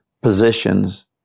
positions